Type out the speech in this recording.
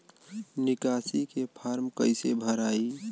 निकासी के फार्म कईसे भराई?